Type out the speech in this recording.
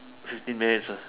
fifteen minutes ah